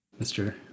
Mr